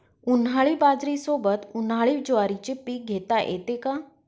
उन्हाळी बाजरीसोबत, उन्हाळी ज्वारीचे पीक घेता येते का?